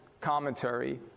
commentary